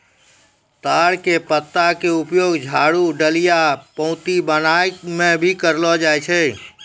ताड़ के पत्ता के उपयोग झाड़ू, डलिया, पऊंती बनाय म भी करलो जाय छै